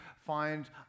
find